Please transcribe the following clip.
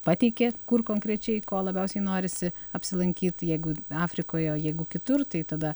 pateikė kur konkrečiai ko labiausiai norisi apsilankyt jeigu afrikoje o jeigu kitur tai tada